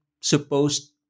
supposed